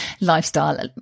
lifestyle